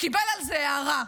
קיבל על זה הערה.